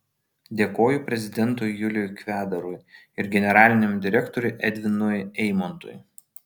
dėkoju prezidentui juliui kvedarui ir generaliniam direktoriui edvinui eimontui